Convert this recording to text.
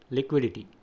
Liquidity